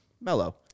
Mellow